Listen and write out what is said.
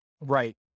Right